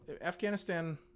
Afghanistan